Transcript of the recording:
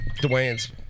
Dwayne's